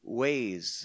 ways